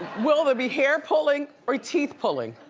will there be hair pulling or teeth pulling?